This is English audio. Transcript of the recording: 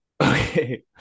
Okay